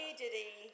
diddy